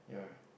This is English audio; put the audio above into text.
yeah